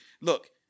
Look